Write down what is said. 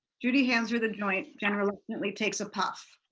judy hands her the joint, jen reluctantly takes a puff.